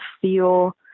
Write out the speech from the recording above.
feel